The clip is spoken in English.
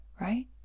right